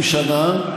70 שנה,